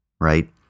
right